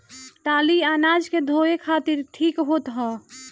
टाली अनाज के धोए खातिर ठीक होत ह